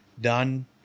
done